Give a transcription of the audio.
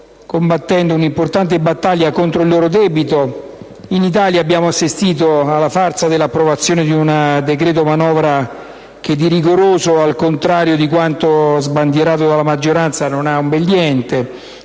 combattendo un'importante battaglia contro il loro debito, in Italia abbiamo assistito alla farsa dell'approvazione di un decreto-manovra che di rigoroso - al contrario di quanto sbandierato dalla maggioranza - non ha un bel niente,